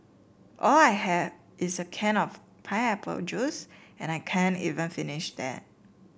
all I had is a can of pineapple juice and I can't even finish that